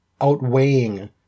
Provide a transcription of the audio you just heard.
outweighing